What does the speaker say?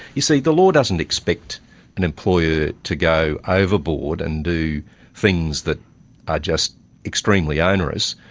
you see, the law doesn't expect an employer to go overboard and do things that are just extremely onerous.